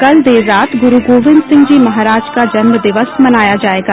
कल देर रात गुरू गोविंद सिंह जी महाराज का जन्मदिवस मनाया जायेगा